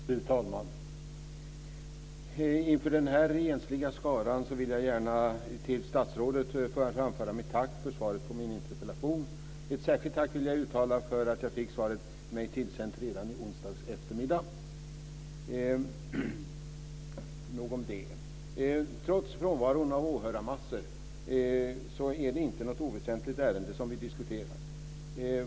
Fru talman! Inför denna ensliga skara vill jag gärna till statsrådet framföra ett tack för svaret på min interpellation. Ett särskilt tack vill jag uttala för att jag fick mig svaret tillsänt redan i onsdags eftermiddag. Trots frånvaron av åhörarmassor är det inte något oväsentligt ärende som vi diskuterar.